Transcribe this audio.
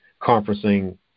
conferencing